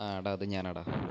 അതെ എടാ ഇത് ഞാനാണെടാ